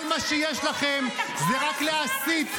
כל מה שיש לכם זה רק להסית,